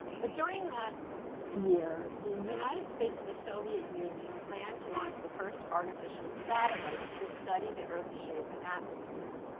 but during that year, the united states and the soviet union planned to launch the first artificial satellites to study the earth's shape and atmosphere.